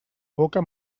boca